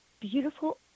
beautiful